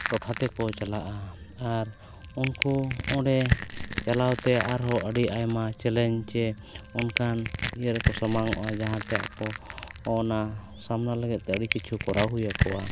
ᱴᱚᱴᱷᱟ ᱛᱮᱠᱚ ᱪᱟᱞᱟᱜᱼᱟ ᱟᱨ ᱩᱱᱠᱩ ᱚᱸᱰᱮ ᱪᱟᱞᱟᱣᱛᱮ ᱟᱨᱦᱚᱸ ᱟᱹᱰᱤ ᱟᱭᱢᱟ ᱪᱮ ᱚᱱᱠᱟᱱ ᱤᱭᱟᱹ ᱨᱮᱠᱚ ᱥᱟᱢᱟᱝ ᱚᱜᱼᱟ ᱡᱟᱦᱟᱸᱛᱮ ᱟᱠᱚ ᱚᱱᱟ ᱥᱟᱢᱱᱟ ᱞᱟᱹᱜᱤᱫᱛᱮ ᱟᱹᱰᱤ ᱠᱤᱪᱷᱩ ᱠᱚᱨᱟᱣ ᱦᱩᱭ ᱟᱠᱚᱣᱟ